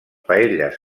paelles